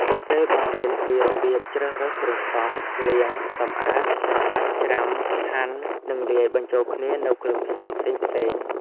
ពួកគេបង្រៀនពីរបៀបជ្រើសរើសគ្រឿងផ្សំ លាង សម្អាត ច្របាច់ ច្រាំ ហាន់ និងលាយបញ្ចូលគ្នានូវគ្រឿងផ្សំផ្សេងៗ។